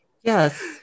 Yes